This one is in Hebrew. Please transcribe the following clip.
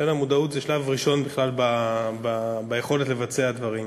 המודעות היא שלב ראשון ביכולת לבצע דברים.